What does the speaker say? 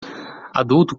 adulto